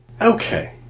Okay